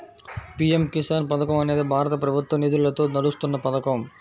PM Kisan పథకం అనేది భారత ప్రభుత్వ నిధులతో నడుస్తున్న పథకం